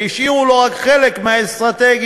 והשאירו לו רק חלק מהאסטרטגיה.